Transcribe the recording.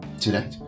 today